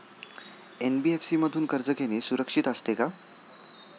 NBFC मधून कर्ज घेणे सुरक्षित असते का?